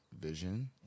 vision